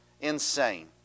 insane